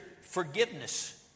forgiveness